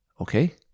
Okay